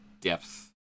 depth